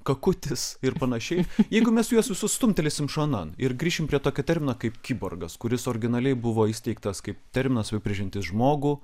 kakutis ir panašiai jeigu mes juos visus stumtelėsim šonan ir grįšim prie tokio termino kaip kiborgas kuris originaliai buvo įsteigtas kaip terminas apibrėžiantis žmogų